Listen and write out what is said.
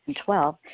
Twelve